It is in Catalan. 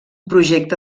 projecte